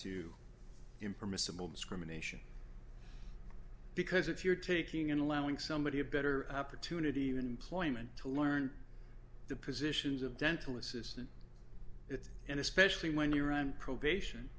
to him permissible discrimination because if you're taking in allowing somebody a better opportunity even employment to learn the positions of dental assistant it and especially when you're on probation